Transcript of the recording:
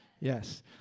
Yes